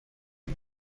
روی